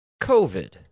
COVID